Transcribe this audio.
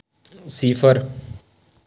सिफर